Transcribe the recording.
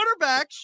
quarterbacks